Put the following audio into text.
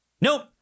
Nope